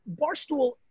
Barstool